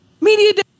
Media